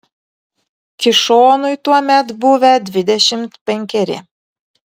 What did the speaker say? kišonui tuomet buvę dvidešimt penkeri